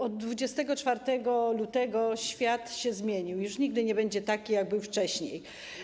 Od 24 lutego świat się zmienił, już nigdy nie będzie taki, jak był wcześniej.